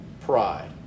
Pride